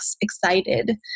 excited